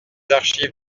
archives